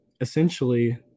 essentially